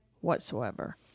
whatsoever